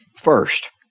first